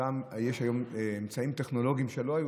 יש היום גם אמצעים טכנולוגיים שלא היו